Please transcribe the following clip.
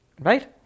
Right